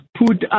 put